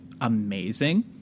amazing